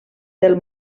del